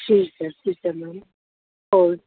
ਠੀਕ ਹੈ ਠੀਕ ਹੈ ਮੈਮ ਹੋਰ